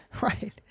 right